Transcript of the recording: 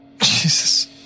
Jesus